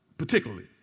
particularly